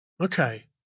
Okay